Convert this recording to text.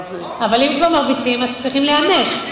אבל אם מרביצים צריכים להיענש,